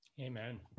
Amen